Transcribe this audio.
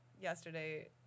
yesterday